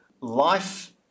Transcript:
life